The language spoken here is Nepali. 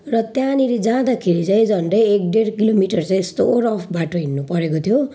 र त्यहाँनिर जाँदाखेरि चाहिँ झन्डै एक ढेड किलोमिटर चाहिँ यस्तो रफ बाटो हिँड्नुपरेको थियो